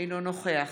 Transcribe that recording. אינו נוכח